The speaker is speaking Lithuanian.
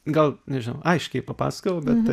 gal nežinau aiškiai papasakojau bet